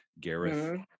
Gareth